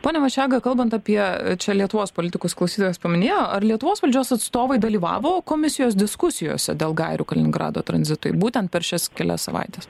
pone maišiaga kalbant apie čia lietuvos politikus klausytojas paminėjo ar lietuvos valdžios atstovai dalyvavo komisijos diskusijose dėl gairių kaliningrado tranzitui būtent per šias kelias savaites